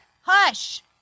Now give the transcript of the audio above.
hush